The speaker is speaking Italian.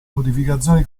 modificazioni